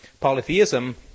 polytheism